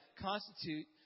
constitute